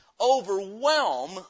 overwhelm